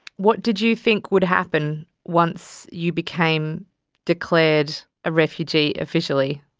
what did you think would happen once you became declared a refugee officially?